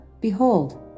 Behold